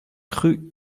rue